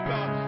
God